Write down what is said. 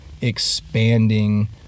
expanding